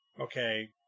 okay